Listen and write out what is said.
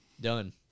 Done